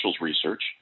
Research